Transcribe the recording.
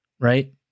right